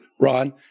Ron